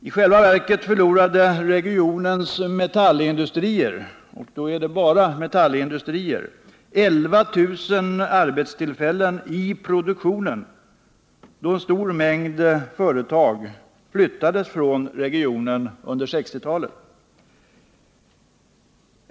I själva verket förlorade regionens metallindustrier — här är alltså bara metallindustrierna medtagna — 11 000 arbetstillfällen i produktionen då en stor mängd företag flyttades från regionen under 1960-talet.